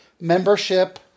membership